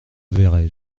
verrai